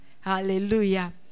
Hallelujah